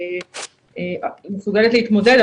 היא מסוגלת להתמודד,